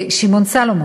שמעון סולומון,